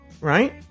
right